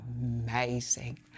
amazing